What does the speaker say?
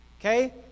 Okay